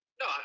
No